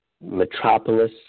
metropolis